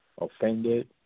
offended